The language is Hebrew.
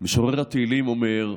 משורר התהילים אומר: